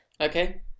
Okay